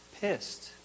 pissed